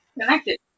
connected